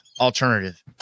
alternative